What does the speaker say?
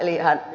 niin